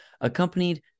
Accompanied